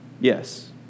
Yes